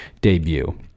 debut